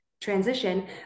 transition